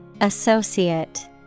Associate